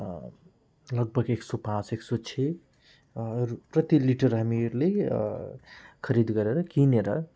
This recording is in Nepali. लगभग एक सौ पाँच एक सौ छ प्रतिलिटर हामीहरूले खरिद गरेर किनेर